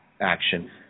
action